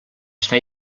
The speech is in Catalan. està